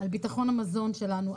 על ביטחון המזון שלנו,